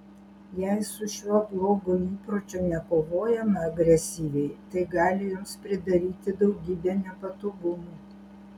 jei su šiuo blogu įpročiu nekovojama agresyviai tai gali jums pridaryti daugybę nepatogumų